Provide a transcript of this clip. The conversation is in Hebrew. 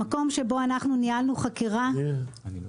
במקום שבו --- מי את?